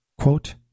Quote